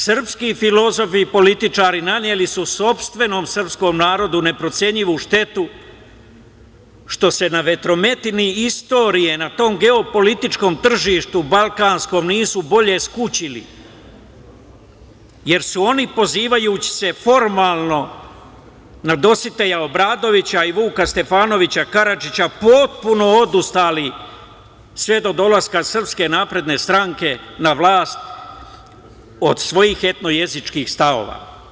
Srpski filozofi i političari naneli su sopstvenom srpskom narodu neprocenjivu štetu, što se na vetrometini istorije, na tom geopolitičkom tržištu Balkanskom nisu bolje skučili, jer su oni pozivajući se formalno na Dositeja Obradovića i Vuka Stefanovića Karadžića potpuno odustali sve do dolaska SNS na vlast od svojih etno-jezičkih stavova.